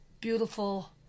beautiful